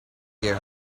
year